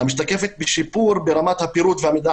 המשתקפת בשיפור ברמת הפירוט והמידע